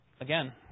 again